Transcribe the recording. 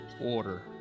order